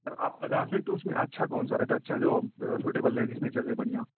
سر آپ بتا سکتے ہو اس میں اچھا کون سا رہتا ہےاچھا جو سوٹیبل رہے جس میں چلے بڑھیا